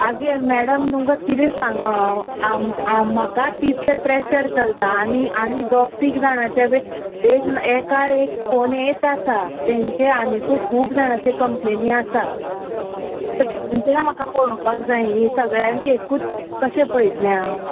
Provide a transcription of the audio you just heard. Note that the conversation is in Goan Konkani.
आगे मॅडम तुमकां किदें सांगो हांव आम म्हाका तितलें प्रेशर चलता आनी आनी दोग तीग जाणांचे हें पय एक ना एक एकार एक फोन येत आसा तेंचे आनिकूय खूब जाणांचे कंप्लेनी आसा तेंचेय म्हाका पळोवपाक जाय न्ही सगळ्यांचे एकूच कशें पयतलें हांव